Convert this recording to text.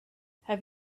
have